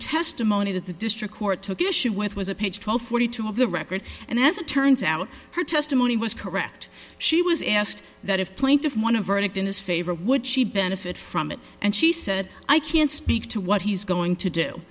testimony that the district court took issue with was a page twelve forty two of the record and as it turns out her testimony was correct she was asked that if plaintiff won a verdict in his favor would she benefit from it and she said i can't speak to what he's going to do